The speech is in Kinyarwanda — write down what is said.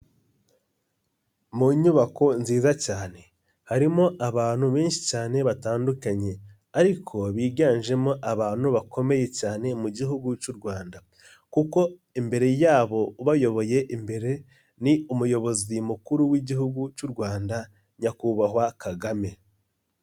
Mu nyubako nziza cyane harimo abantu benshi cyane batandukanye, ariko biganjemo abantu bakomeye cyane mu gihugu cy'u Rwanda, kuko imbere yabo bayoboye imbere ni umuyobozi mukuru w'igihugu cy'u Rwanda Nyakubahwa Kagame.